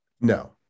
No